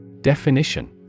Definition